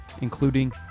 including